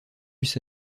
ça